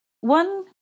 one